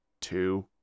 two